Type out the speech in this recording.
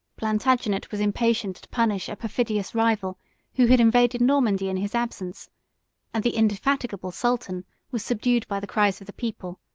plantagenet was impatient to punish a perfidious rival who had invaded normandy in his absence and the indefatigable sultan was subdued by the cries of the people,